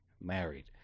Married